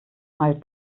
mal